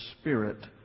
spirit